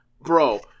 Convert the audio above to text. bro